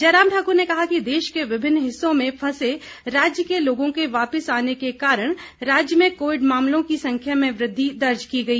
जय राम ठाकुर ने कहा कि देश के विभिन्न हिस्सों में फंसे राज्य के लोगों के वापिस आने के कारण राज्य में कोविड मामलों की संख्या में वृद्धि दर्ज की गई